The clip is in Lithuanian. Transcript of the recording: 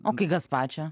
o kai gaspačio